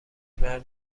مرد